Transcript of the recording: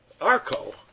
Arco